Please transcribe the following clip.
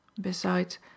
Besides